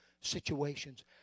situations